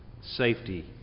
safety